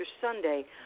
Sunday